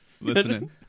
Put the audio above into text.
listening